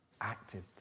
acted